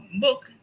book